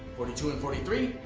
forty two and forty three,